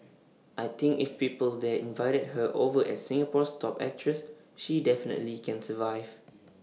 I think if people there invited her over as Singapore's top actress she definitely can survive